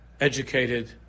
educated